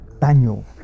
Daniel